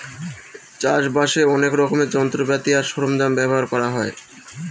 চাষ বাসে অনেক রকমের যন্ত্রপাতি আর সরঞ্জাম ব্যবহার করা হয়